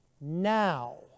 now